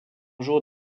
jour